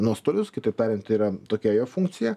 nuostolius kitaip tariant yra tokia jo funkcija